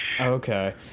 Okay